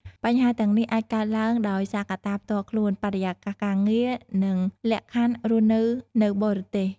បញ្ហាទាំងនេះអាចកើតឡើងដោយសារកត្តាផ្ទាល់ខ្លួន បរិយាកាសការងារ និងលក្ខខណ្ឌរស់នៅនៅបរទេស ។